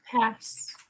Pass